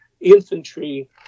infantry